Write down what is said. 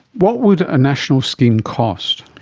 what would a national scheme cost?